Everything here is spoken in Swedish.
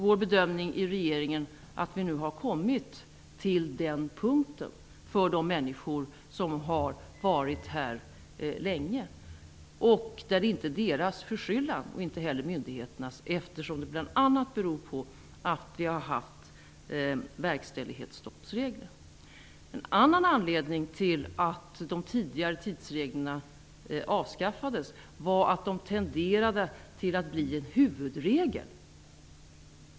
Vår bedömning i regeringen är att vi har kommit till den punkten för de människor som har varit här länge och där det inte är deras förskyllan och inte heller myndigheternas utan beror på att vi har haft verkställighetsstoppsregler. En annan anledning till att de tidigare tidsreglerna avskaffades var att de tenderade till att bli en huvudregel.